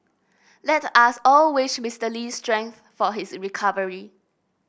let us all wish Mister Lee strength for his recovery